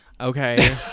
Okay